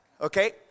Okay